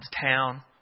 town